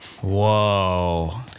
Whoa